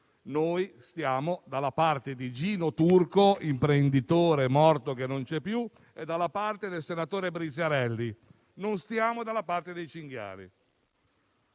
Noi stiamo dalla parte di Gino Turco, imprenditore morto che non c'è più, e dalla parte del senatore Briziarelli. Non stiamo dalla parte dei cinghiali.